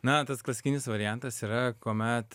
na tas klasikinis variantas yra kuomet